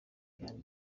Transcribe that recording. yandi